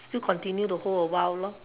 still continue to hold a while lor